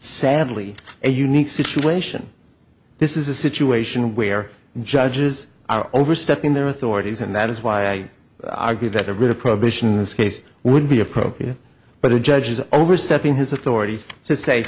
sadly a unique situation this is a situation where judges are overstepping their authorities and that is why i argue that a writ of prohibition in this case would be appropriate but the judge is overstepping his authority to say